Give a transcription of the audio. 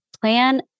plan